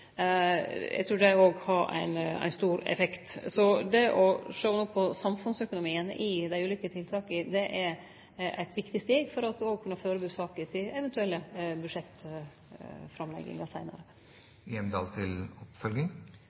har ein stor effekt. Så det å sjå på samfunnsøkonomien i dei ulike tiltaka er eit viktig steg for å kunne førebu saker til eventuelle budsjettframlegg seinare.